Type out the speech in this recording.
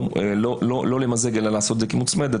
לא למזג אלא לעשות את זה כמוצמדת,